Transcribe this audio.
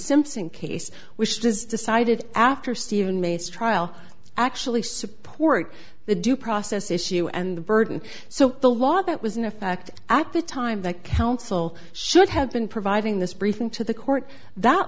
simpson case which does decided after steve inmate's trial actually support the due process issue and the burden so the law that was in effect at the time that counsel should have been providing this briefing to the court that